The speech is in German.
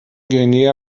guinea